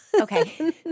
Okay